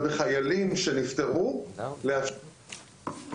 ובחיילים שנפטרו לאפשר ---.